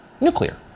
nuclear